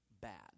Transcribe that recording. bad